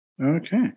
Okay